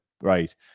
right